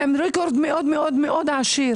והם עם רקורד מאוד מאוד מאוד עשיר,